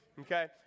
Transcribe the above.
Okay